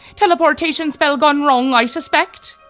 teleportation spell gone wrong i suspect?